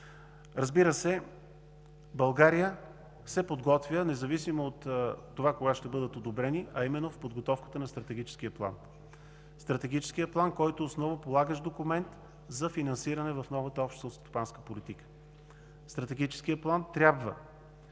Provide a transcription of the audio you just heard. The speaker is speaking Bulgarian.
парламент. България се подготвя, независимо от това кога ще бъдат одобрени, а именно – подготовката на Стратегическия план, който е основополагащ документ за финансиране в новата Обща селскостопанска политика. Стратегическият план трябва